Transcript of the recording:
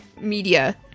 media